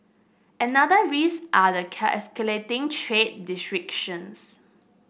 another risk are the escalating trade